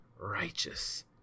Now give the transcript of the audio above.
righteous